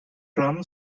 from